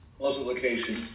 multiplication